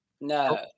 No